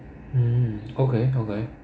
mm okay okay